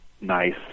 nice